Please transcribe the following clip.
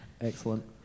Excellent